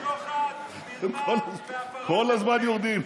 שוחד, מרמה והפרת אמונים.